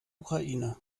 ukraine